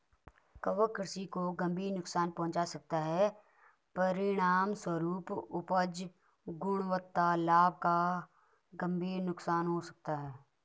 कवक कृषि को गंभीर नुकसान पहुंचा सकता है, परिणामस्वरूप उपज, गुणवत्ता, लाभ का गंभीर नुकसान हो सकता है